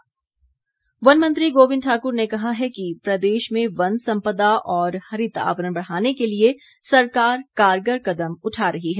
गोविंद ठाक्र वन मंत्री गोविंद ठाकुर ने कहा है कि प्रदेश में वन संपदा और हरित आवरण बढ़ाने के लिए सरकार कारगर कदम उठा रही है